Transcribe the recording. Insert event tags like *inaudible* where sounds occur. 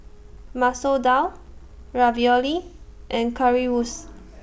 Masoor Dal Ravioli and Currywurst *noise*